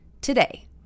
today